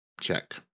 Check